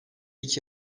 iki